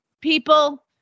people